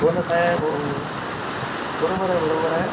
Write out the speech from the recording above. हो नं साहेब हो हो बरोबर आहे बरोबर आहे